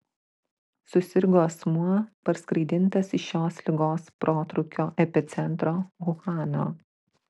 susirgo asmuo parskraidintas iš šios ligos protrūkio epicentro uhano